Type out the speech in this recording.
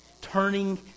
Turning